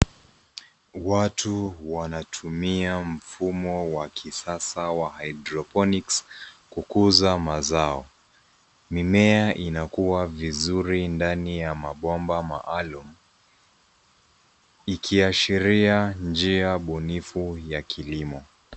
Watu wanatumia mfumo wa kisasa wa hydroponics kukuza mazao. Mimea inakua vizuri ndani ya mabomba maalum ikiashiria njia bunifu ya kilimo.